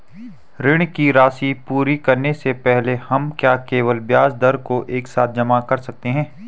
ऋण की राशि पूरी करने से पहले हम क्या केवल ब्याज दर को एक साथ जमा कर सकते हैं?